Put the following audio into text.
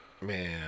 man